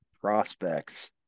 prospects